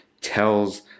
tells